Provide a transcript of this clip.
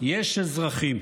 יש אזרחים.